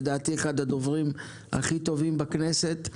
לדעתי אחד הדוברים הכי טובים בכנסת.